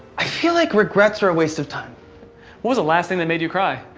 i feel like regrets are a waste of time. what was the last thing that made you cry?